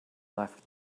left